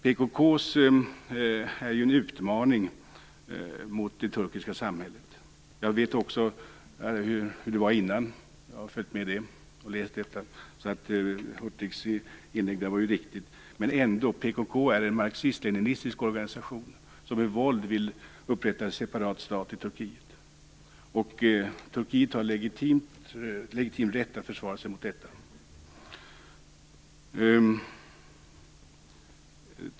PKK är en utmaning mot det turkiska samhället. Jag vet också hur det var innan - jag har följt med det och läst om det - så jag kan konstatera att Hurtigs inlägg därvidlag var riktigt. Men ändå: PKK är en marxist-leninistisk organisation som med våld vill upprätta en separat stat i Turkiet, och Turkiet har legitim rätt att försvara sig mot detta.